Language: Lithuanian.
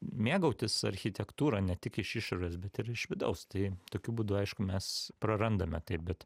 mėgautis architektūra ne tik iš išorės bet ir iš vidaus tai tokiu būdu aišku mes prarandame taip bet